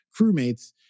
crewmates